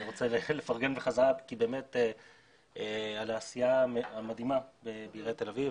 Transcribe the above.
אני רוצה לפרגן בחזרה על העשייה המדהימה בעיריית תל אביב,